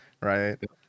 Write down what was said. right